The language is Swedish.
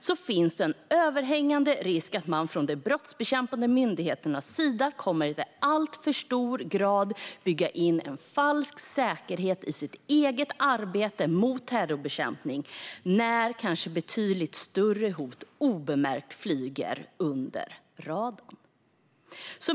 Det finns då en överhängande risk att man från de brottsbekämpande myndigheternas sida kommer att i alltför hög grad bygga in en falsk säkerhet i sitt eget arbete mot terrorbekämpning. Samtidigt flyger kanske betydligt större hot obemärkt under radarn.